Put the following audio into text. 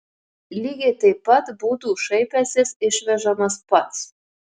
lygiai taip pat būtų šaipęsis išvežamas pats